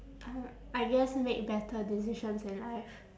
I I guess make better decisions in life